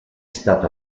stato